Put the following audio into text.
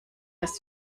das